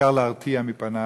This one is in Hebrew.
בעיקר להרתיע מפניו.